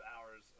hours